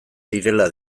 direla